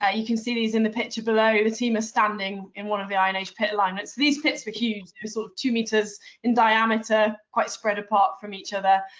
ah you can see these in the picture below. the team is standing in one of the iron-age pit alignments. these pits were huge. they're sort of two meters in diameter, quite spread apart from each other,